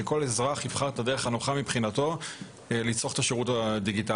שכול אזרח יבחר את הדרך הנוחה מבחינתו לצרוך את השירות הדיגיטלי.